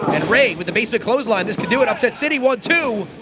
and ray with a basement clothesline, this could do it upset city, one two!